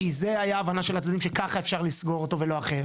כי זה היה הבנה של הצדדים שככה אפשר לסגור אותו ולא אחרת,